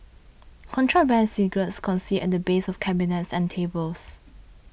contraband cigarettes concealed at the base of cabinets and tables